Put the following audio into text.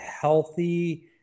healthy